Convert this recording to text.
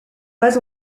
pas